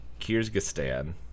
Kyrgyzstan